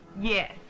Yes